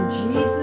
Jesus